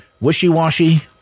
wishy-washy